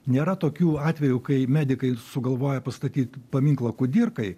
nėra tokių atvejų kai medikai sugalvoja pastatyt paminklą kudirkai